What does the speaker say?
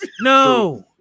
No